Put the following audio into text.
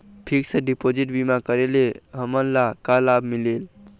Fix deposit बीमा करे ले हमनला का लाभ मिलेल?